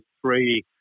three